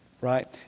right